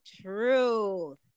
truth